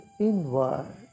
inward